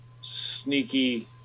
sneaky